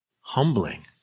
humbling